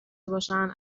باشند